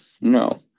no